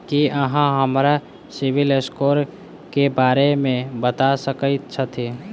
की अहाँ हमरा सिबिल स्कोर क बारे मे बता सकइत छथि?